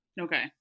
Okay